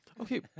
Okay